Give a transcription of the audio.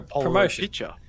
promotion